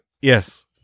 Yes